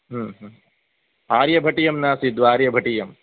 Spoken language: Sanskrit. आर्यभटीयं नासीद्वा आर्यभटीयम्